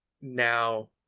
now